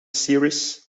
series